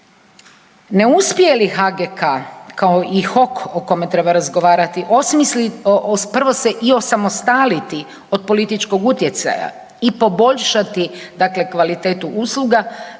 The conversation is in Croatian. Ne uspije li HGK kao i HOK o kome treba razgovarati, osmisliti, prvo se i osamostaliti od političkog utjecaja i poboljšati dakle kvalitetu usluga,